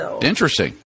Interesting